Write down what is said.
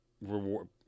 reward